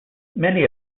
many